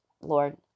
Lord